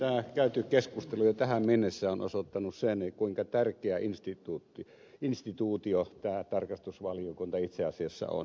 tämä käyty keskustelu jo tähän mennessä on osoittanut sen kuinka tärkeä instituutio tämä tarkastusvaliokunta itse asiassa on